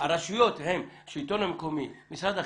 הרשויות הן שלטון מקומי, משרד החינוך.